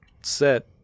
set